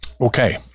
Okay